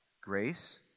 grace